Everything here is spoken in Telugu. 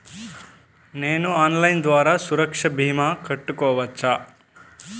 నేను ఆన్లైన్ ద్వారా సురక్ష భీమా కట్టుకోవచ్చా?